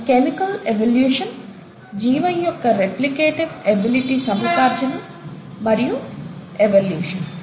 అవి chemical evolution జీవం యొక్క రేప్లికేటివ్ ఎబిలిటీ సముపార్జన మరియు ఎవల్యూషన్